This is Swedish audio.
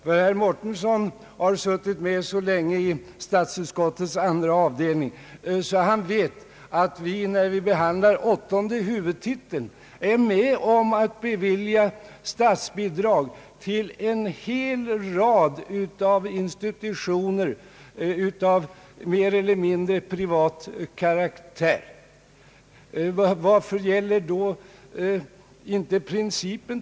Herr Mårtensson har suttit med så länge i statsutskottets andra avdelning att han vet, att vi när vi behandlar åttonde huvudtiteln är med om att bevilja statsbidrag till en hel rad institutioner av mer eller mindre privat karaktär. Varför gäller då inte principen?